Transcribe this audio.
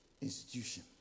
institution